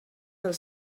del